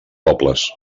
pobles